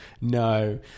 no